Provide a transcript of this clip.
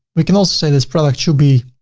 we can also say this product should be